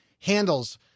handles